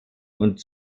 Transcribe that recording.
und